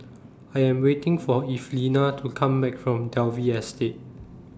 I Am waiting For Evelina to Come Back from Dalvey Estate